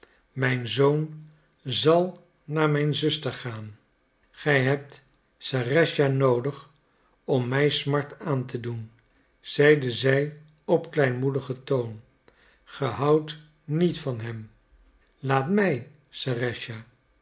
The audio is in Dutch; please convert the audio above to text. mijn zoon zal naar mijn zuster gaan gij hebt serëscha noodig om mij smart aan te doen zeide zij op kleinmoedigen toon gij houdt niet van hem laat mij